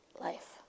life